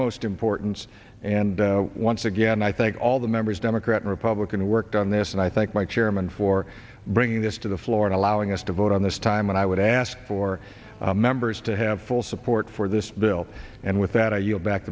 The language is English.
utmost importance and once again i think all the members democrat and republican who worked on this and i thank my chairman for bringing this to the floor and allowing us to vote on this time and i would ask for members to have full support for this bill and with that i yield back